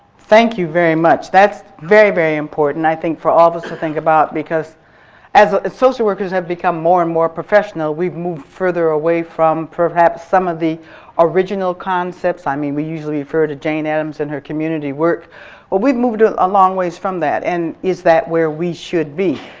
thank you very much. that's very very important thing for all of us to think about because as social workers have become more and more professional, we've moved further away from perhaps some of the original concepts. i mean, we usually refer to jane addams and her community work, but we've moved a long ways from that and is that where we should be?